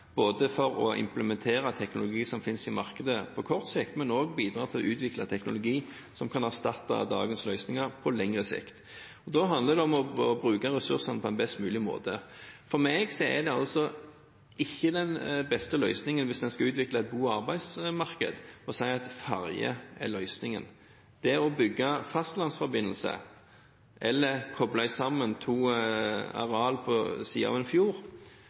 å implementere teknologi som finnes i markedet, på kort sikt, og å bidra til å utvikle teknologi som kan erstatte dagens løsninger på lengre sikt. Og da handler det om å bruke ressursene på best mulig måte. For meg er ikke den beste løsningen – hvis en skal utvikle et bo- og arbeidsmarked – å si at ferge er løsningen. Det å bygge fastlandsforbindelse eller å koble sammen to arealer som er på hver sin side av en